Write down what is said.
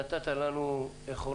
נתת לנו תקווה